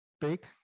big